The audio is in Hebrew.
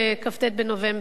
כ"ט בנובמבר?